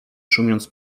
szumiąc